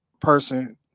person